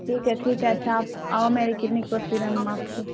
ٹھیک ہے ٹھیک ہے اچھا آپ آؤ میری کلنک پر پھر ہم آپ کو